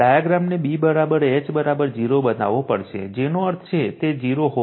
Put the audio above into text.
ડાયાગ્રામને B H 0 બનાવવો પડશે જેનો અર્થ છે તે 0 હોવું જોઈએ